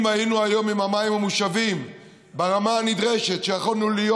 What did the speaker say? אם היינו היום עם המים המושבים ברמה הנדרשת שיכולנו להיות,